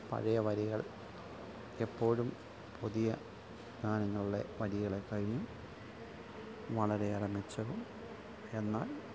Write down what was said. പഴയ വരികൾ എപ്പോഴും പുതിയ ആണെന്നുള്ള വരികളെ കഴിഞ്ഞും വളരെയേറെ മെച്ചവും എന്നാൽ